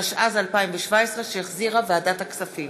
התשע"ז 2017, שהחזירה ועדת הכספים.